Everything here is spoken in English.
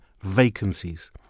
vacancies